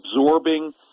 absorbing